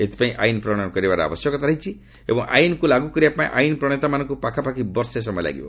ଏଥିପାଇଁ ଆଇନ୍ ପ୍ରଶୟନ କରିବାର ଆବଶ୍ୟକତା ରହିଛି ଏବଂ ଆଇନ୍କୁ ଲାଗୁ କରିବା ପାଇଁ ଆଇନ୍ ପ୍ରଣେତାମାନଙ୍କୁ ପାଖାପାଖି ବର୍ଷେ ସମୟ ଲାଗିବ